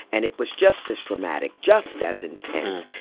and it was just as dramatic, just as intense.